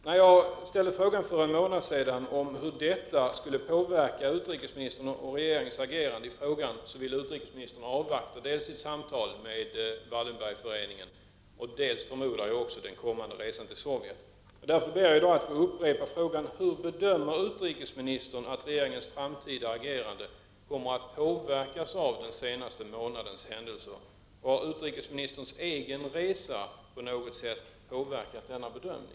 När jag för en månad sedan ställde frågan om hur detta skulle påverka utrikesministerns och regeringens agerande i frågan ville utrikesministern avvakta dels sitt samtal med Wallenberg-föreningen, dels, förmodar jag, den kommande resan till Sovjet. Därför ber jag att få upprepa frågan: Hur bedömer utrikesministern att regeringens framtida agerande kommer att påverkas av den senaste månadens händelser? Har utrikesministerns egen resa på något sätt påverkat denna bedömning?